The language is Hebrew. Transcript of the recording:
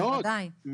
בוודאי,